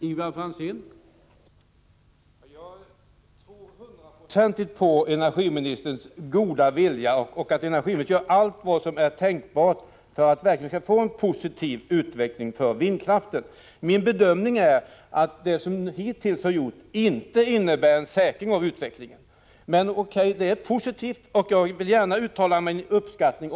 Herr talman! Jag tror hundraprocentigt på energiministerns goda vilja och att hon gör allt som är tänkbart för att det skall bli en positiv utveckling för vindkraften. Min bedömning är att det som hittills har gjorts inte innebär en säkrad utveckling. Det som har gjorts är emellertid positivt, och jag vill därför uttala min uppskattning.